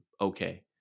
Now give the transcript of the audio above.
okay